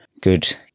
good